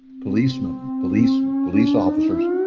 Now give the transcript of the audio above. policemen, police police officers,